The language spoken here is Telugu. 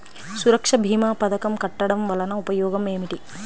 సురక్ష భీమా పథకం కట్టడం వలన ఉపయోగం ఏమిటి?